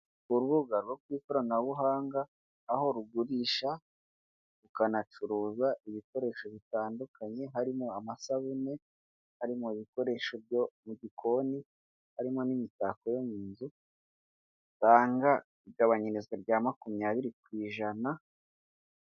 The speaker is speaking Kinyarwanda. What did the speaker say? Urubuga rwo ku ikoranabuhanga aho rugurisha rukanacuruza ibikoresho bitandukanye harimo amasabune, harimo ibikoresho byo mu gikoni, harimo n'imitako yo mu nzu, usanga igabanyirizwa rya makumyabiri ku ijana.